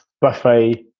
buffet